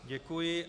Děkuji.